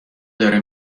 داره